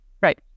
Right